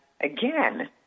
again